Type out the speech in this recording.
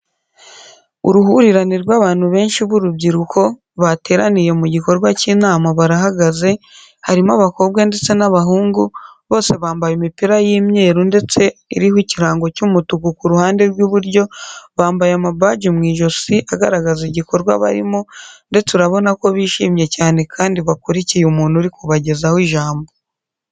Uruhurirane rw'abantu benshi b'urubyiruko bateraniye mu gikorwa cy'inama barahagaze, harimo abakobwa ndetse n'abahungu, bose bambaye imipira y'imyeru ndetse iriho ikirango cy'umutuku ku ruhande rw'iburyo, bambaye amabaji mu ijosi agaragaza igikorwa barimo ndetse urabona ko bishimye cyane kandi bakurikiye umuntu uri kubagezaho ijambo.